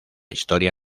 historia